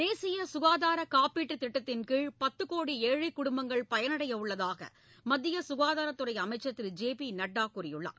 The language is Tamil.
தேசிய சுகாதார காப்பீட்டு திட்டத்தின்கீழ் பத்து கோடி ஏழை குடும்பங்கள் பயனடைய உள்ளதாக மத்திய சுகாதாரத்துறை அமைச்சர் திரு ஜே பி நட்டா கூறியுள்ளார்